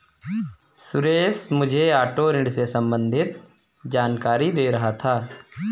सुरेश मुझे ऑटो ऋण से संबंधित जानकारी दे रहा था